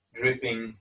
dripping